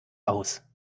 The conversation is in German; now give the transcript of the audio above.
aus